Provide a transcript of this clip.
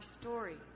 stories